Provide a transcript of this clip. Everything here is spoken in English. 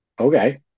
Okay